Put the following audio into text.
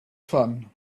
fun